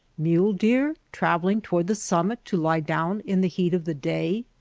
mule-deer travelling toward the summit to lie down in the heat of the day?